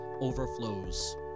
overflows